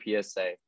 PSA